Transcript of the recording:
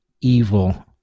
evil